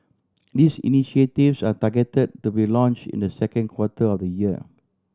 these initiatives are targeted to be launched in the second quarter of the year